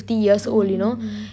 mm mm mm